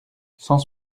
cent